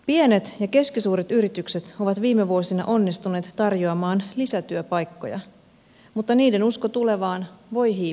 pienet ja keskisuuret yritykset ovat viime vuosina onnistuneet tarjoamaan lisätyöpaikkoja mutta niiden usko tulevaan voi hiipua